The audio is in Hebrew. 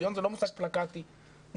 שוויון זה לא מושג פלקטי מוחלט.